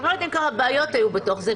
אתם לא יודעים כמה בעיות היו בתוך זה,